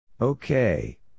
Okay